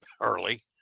early